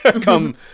come